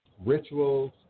rituals